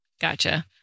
Gotcha